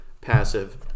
passive